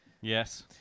Yes